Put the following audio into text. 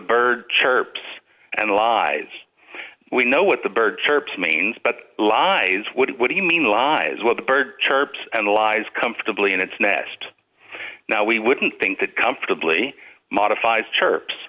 bird chirps and lives we know what the bird chirps means but lies what do you mean lies well the bird chirps and the lies comfortably in its nest now we wouldn't think that comfortably modifies chirps